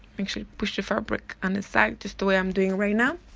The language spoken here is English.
make sure you push the fabric on the side just the way i'm doing right now